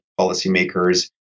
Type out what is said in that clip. policymakers